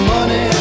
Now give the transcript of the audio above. Money